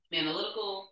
analytical